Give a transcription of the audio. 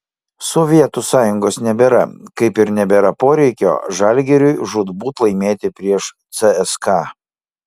sovietų sąjungos nebėra kaip ir nebėra poreikio žalgiriui žūtbūt laimėti prieš cska